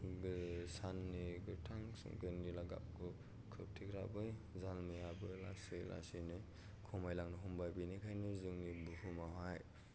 साननि गोथां सोमखोर निला गाबखौ खोबथेग्रा बै जालामायाबो लासै लासैनो खमायलांनो हमबाय बेनिखायनो जोंनि बुहुमावहाय